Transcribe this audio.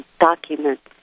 documents